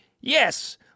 Yes